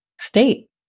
state